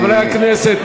חברי הכנסת,